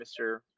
Mr